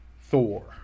Thor